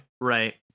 Right